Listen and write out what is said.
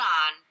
on